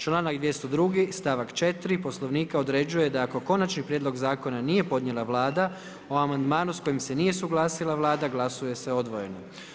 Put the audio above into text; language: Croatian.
Članak 202., stavak 4. Poslovnika određuje da ako konačni prijedlog zakona nije podnijela Vlada o amandmanu s kojim se nije suglasila Vlada glasuje se odvojeno.